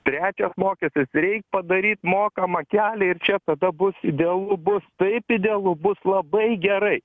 trečias mokestis reik padaryt mokamą kelią ir čia tada bus idealu bus taip idealu bus labai gerai